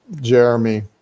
Jeremy